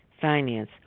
finance